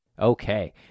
Okay